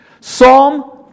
Psalm